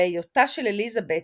והיותה של אליזבת